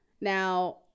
Now